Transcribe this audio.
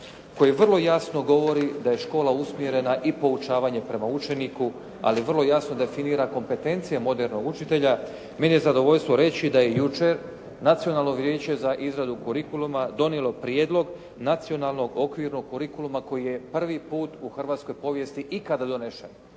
koji vrlo jasno govori da je škola usmjerena i poučavanje prema učeniku ali vrlo jasno definira kompetencije modernog učitelja. Meni je zadovoljstvo reći da je jučer Nacionalno vijeće za izradu kurikuluma donijelo Prijedlog nacionalnog okvirnog kurikuluma koji je prvi put u hrvatskoj povijesti ikada donesen,